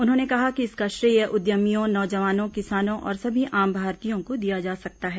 उन्होंने कहा कि इसका श्रेय उद्यमियों नौजवानों किसानों और सभी आम भारतीयों को दिया जा सकता है